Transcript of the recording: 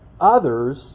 others